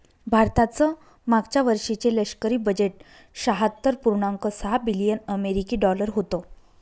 भारताचं मागच्या वर्षीचे लष्करी बजेट शहात्तर पुर्णांक सहा बिलियन अमेरिकी डॉलर होतं